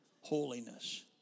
holiness